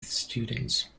students